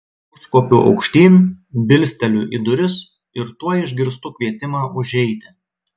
užkopiu aukštyn bilsteliu į duris ir tuoj išgirstu kvietimą užeiti